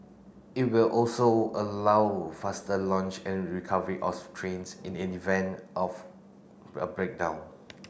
it will also allow faster launch and recovery of trains in the event of a breakdown